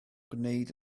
gwneud